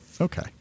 okay